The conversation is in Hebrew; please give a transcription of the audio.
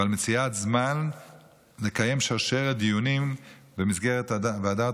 ועל מציאת זמן לקיים שרשרת דיונים במסגרת "והדרת